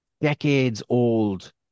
decades-old